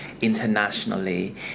internationally